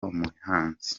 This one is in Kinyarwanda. umuhanzi